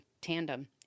tandem